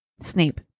Snape